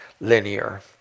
linear